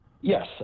Yes